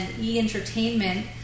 E-Entertainment